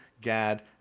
Gad